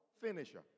Finisher